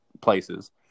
places